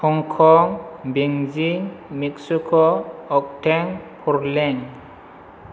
Hong Kong बैजिं Mexico अकटेन फरलेण्ड